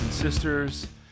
sisters